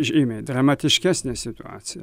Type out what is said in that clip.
žymiai dramatiškesnė situacija